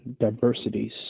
diversities